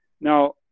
Now